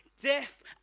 death